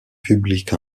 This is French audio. publique